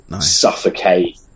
Suffocate